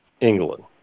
England